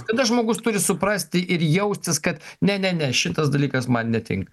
kada žmogus turi suprasti ir jaustis kad ne ne ne šitas dalykas man netink